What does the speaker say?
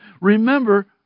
remember